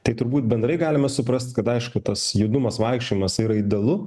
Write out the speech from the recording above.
tai turbūt bendrai galime suprasti kad aišku tas judumas vaikščiojimas yra idealu